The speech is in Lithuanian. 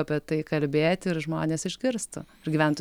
apie tai kalbėti ir žmonės išgirstų ir gyventų